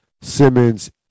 Simmons